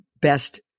best